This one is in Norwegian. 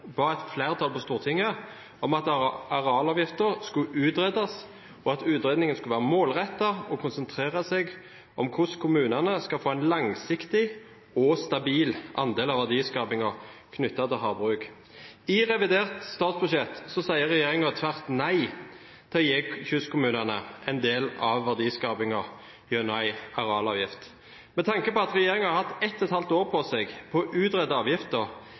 ba et flertall på Stortinget om at arealavgiften skulle utredes, og at utredningen skulle være målrettet og konsentrere seg om hvordan kommunene skal få en langsiktig og stabil andel av verdiskapingen knyttet til havbruk. I revidert statsbudsjett sier regjeringen tvert nei til å gi kystkommunene en del av verdiskapingen gjennom en arealavgift. Med tanke på at regjeringen har hatt ett og et halvt år på seg til å utrede